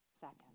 second